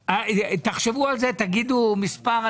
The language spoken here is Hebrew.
תחשבו על זה ותנו מספר.